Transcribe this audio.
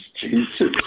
jesus